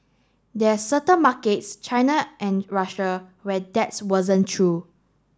there's certain markets China and Russia where that's wasn't true